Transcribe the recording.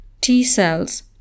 T-cells